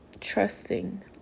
trusting